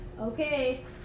Okay